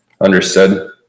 understood